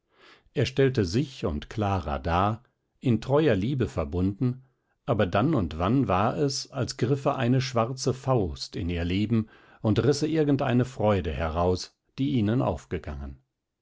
er stellte sich und clara dar in treuer liebe verbunden aber dann und wann war es als griffe eine schwarze faust in ihr leben und risse irgend eine freude heraus die ihnen aufgegangen